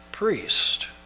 priest